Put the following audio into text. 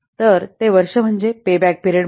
तर ते वर्ष म्हणजे पेबॅक पीरियड payback period